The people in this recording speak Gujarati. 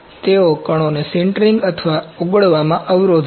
તેઓ કણોને સિન્ટરિંગ અથવા ઓગળવામાં અવરોધે છે